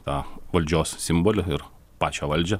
tą valdžios simbolį ir pačią valdžią